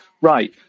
right